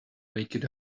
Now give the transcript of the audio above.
naked